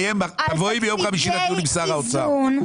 תבואי לדיון ביום חמישי לדיון עם שר האוצר.